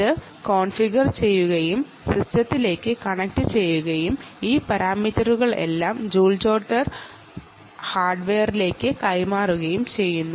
ഇത് കോൺഫിഗർ ചെയ്യുകയും സിസ്റ്റത്തിലേക്ക് കണക്റ്റുചെയ്യുകയും ഈ പരാമീറ്ററുകളെല്ലാം ജൂൾ ജോട്ടർ ഹാർഡ്വെയറിലേക്ക് കൈമാറുകയും ചെയ്യുന്നു